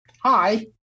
Hi